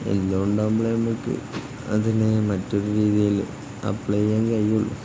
എല്ലാമുണ്ടാകുമ്പോഴാണ് നമുക്ക് അതിനെ മറ്റൊരു രീതിയില് അപ്ലൈ ചെയ്യാൻ കഴിയുകയുള്ളൂ